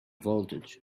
voltage